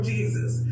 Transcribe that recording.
Jesus